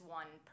one